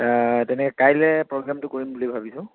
তেনে কাইলৈ প্ৰগ্ৰেমটো কৰিম বুলি ভাবিছোঁ